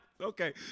Okay